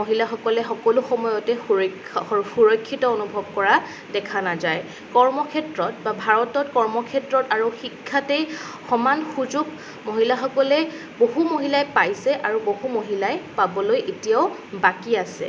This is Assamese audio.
মহিলাসকলে সকলো সময়তে সুৰক্ষা সুৰক্ষিত অনুভৱ কৰা দেখা নাযায় কৰ্ম ক্ষেত্ৰত বা ভাৰতত কৰ্ম ক্ষেত্ৰত আৰু শিক্ষাতেই সমান সুযোগ মহিলাসকলে বহু মহিলাই পাইছে আৰু বহু মহিলাই পাবলৈ এতিয়াও বাকী আছে